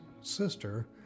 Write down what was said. sister